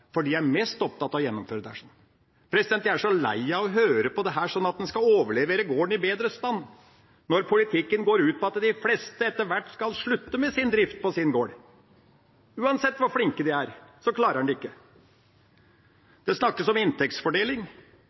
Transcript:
for de er mest opptatt av å gjennomføre dette. Jeg er så lei av å høre at en skal overlevere gården i bedre stand, når politikken går ut på at de fleste etter hvert skal slutte med driften på sin gård. Uansett hvor flinke de er, klarer de det ikke. Det snakkes om inntektsfordeling.